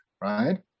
right